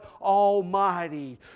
Almighty